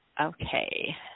Okay